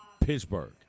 Pittsburgh